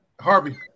harvey